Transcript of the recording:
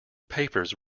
papers